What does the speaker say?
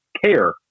care